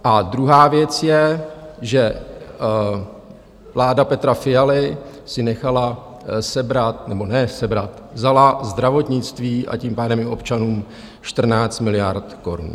A druhá věc je, že vláda Petra Fialy si nechala sebrat... nebo ne sebrat, vzala zdravotnictví, a tím pádem i občanům 14 miliard korun.